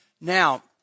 Now